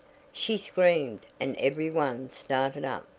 she screamed, and every one started up.